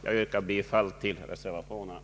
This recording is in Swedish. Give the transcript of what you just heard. Jag yrkar bifall till reservationerna.